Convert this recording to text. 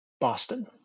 Boston